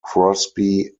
crosby